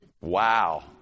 Wow